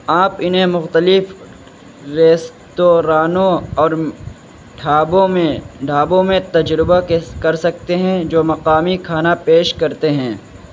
آپ انہیں مختلف ریستورانوں اور ڈھابوں میں ڈھابوں میں تجربہ کے کر سکتے ہیں جو مقامی کھانا پیش کرتے ہیں